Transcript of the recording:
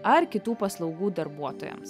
ar kitų paslaugų darbuotojams